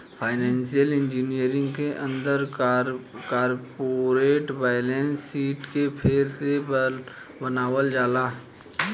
financial engineering के अंदर corporate balance sheet के फेर से बनावल जाला